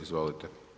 Izvolite.